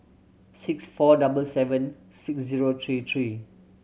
six four double seven six zero three three